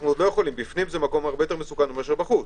בפנים זה הרבה יותר מסוכן מאשר בחוץ.